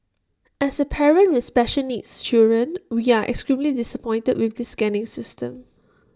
as A parent with special needs children we are extremely disappointed with this scanning system